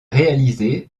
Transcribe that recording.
réalisée